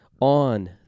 on